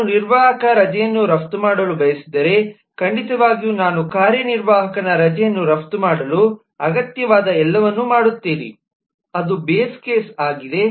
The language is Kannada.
ನಾನು ನಿರ್ವಾಹಕ ರಜೆಯನ್ನು ರಫ್ತು ಮಾಡಲು ಬಯಸಿದರೆ ಖಂಡಿತವಾಗಿಯೂ ನಾನು ಕಾರ್ಯನಿರ್ವಾಹಕನ ರಜೆಯನ್ನು ರಫ್ತು ಮಾಡಲು ಅಗತ್ಯವಾದ ಎಲ್ಲವನ್ನೂ ಮಾಡುತ್ತೇನೆ ಅದು ಬೇಸ್ ಕೇಸ್ ಆಗಿದೆ